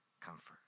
comfort